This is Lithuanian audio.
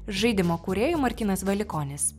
žaidimo kūrėjų martynas valikonis